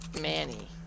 Manny